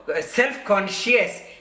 self-conscious